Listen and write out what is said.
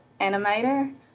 animator